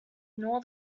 nor